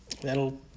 that'll